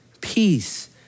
peace